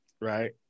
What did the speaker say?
right